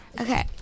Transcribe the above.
Okay